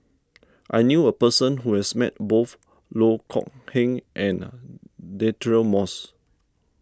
I knew a person who has met both Loh Kok Heng and Deirdre Moss